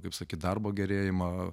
kaip sakyt darbo gerėjimą